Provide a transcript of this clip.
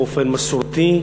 באופן מסורתי,